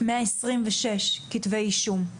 126 כתבי אישום.